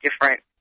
different